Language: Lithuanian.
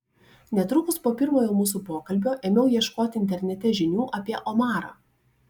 netrukus po pirmojo mūsų pokalbio ėmiau ieškoti internete žinių apie omarą